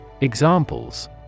Examples